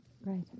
Right